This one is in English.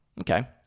okay